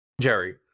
Jerry